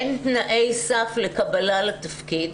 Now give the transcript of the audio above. אין תנאי סף לקבלה לתפקיד